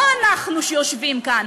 לא אנחנו שיושבים כאן.